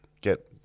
get